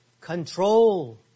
Control